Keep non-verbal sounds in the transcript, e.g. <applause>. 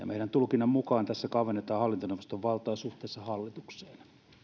<unintelligible> meidän tulkintamme mukaan tässä kavennetaan hallintoneuvoston valtaa suhteessa hallitukseen